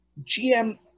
gm